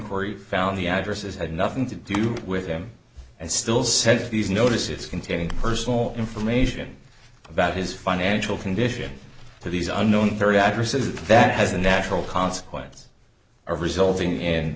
ry found the addresses had nothing to do with them and still sent these notices containing personal information about his financial condition to these unknown very actresses that has a natural consequence of resulting in